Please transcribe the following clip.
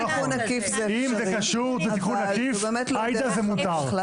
אם זה תיקון קשור, זה תיקון עקיף, זה מותר.